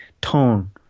tone